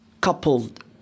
coupled